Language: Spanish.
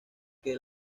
que